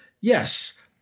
yes